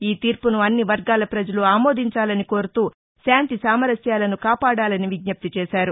ఈ తీర్పును అన్ని వర్గాల ప్రజలు ఆమోదించాలని కోరుతూ శాంతి సామరస్యాలను కాపాడాలని విజ్ఞప్తి చేశారు